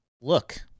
look